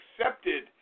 accepted